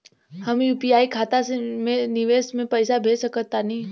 हम यू.पी.आई खाता से विदेश म पइसा भेज सक तानि?